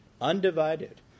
undivided